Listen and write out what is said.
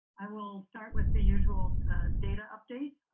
i will start with the usual data update.